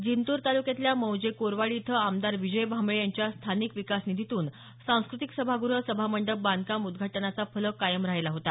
जिंतूर तालुक्यातल्या मौजे कोरवाडी इथं आमदार विजय भांबळे यांच्या स्थानिक विकास निधीतून सांस्कृतिक सभागृह सभामंडप बांधकाम उद्घाटनाचा फलक कायम राहिला होता